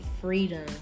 freedom